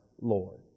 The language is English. Lord